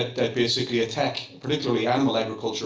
that basically attack particularly animal agriculture